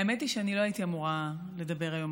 האמת היא שאני לא הייתי אמורה לדבר היום,